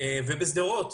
ובשדרות,